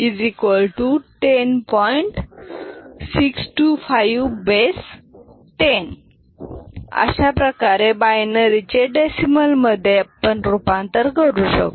62510 अशा प्रकारे बायनरी चे डेसिमल मधे रूपांतर आपण करू शकतो